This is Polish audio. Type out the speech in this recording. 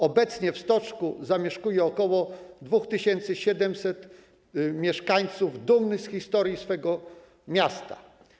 Obecnie w Stoczku mieszka ok. 2700 mieszkańców dumnych z historii swojego miasta.